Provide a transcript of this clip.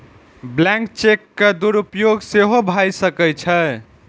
blank cheque के दुरुपयोग सेहो भए सकै छै